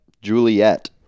Juliet